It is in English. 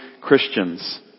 Christians